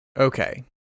Okay